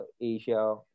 Asia